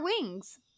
wings